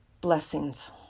Blessings